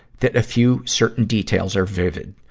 that a few certain details are vivid,